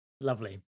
lovely